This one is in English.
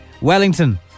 Wellington